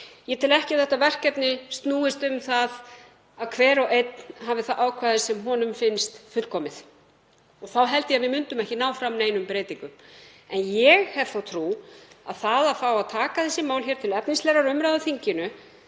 Ég tel ekki þetta verkefni snúist um það að hver og einn hafi það ákvæði sem honum finnst fullkomið, þá held ég að við myndum ekki ná fram neinum breytingum. En ég hef þá trú að það að fá að taka þessi mál til efnislegrar umræðu á þinginu,